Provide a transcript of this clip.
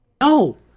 No